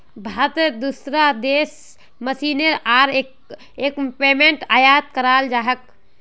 भारतत दूसरा देश स मशीनरी आर इक्विपमेंट आयात कराल जा छेक